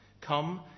Come